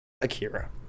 akira